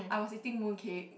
I was eating mooncake